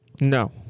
no